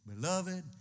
Beloved